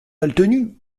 maltenu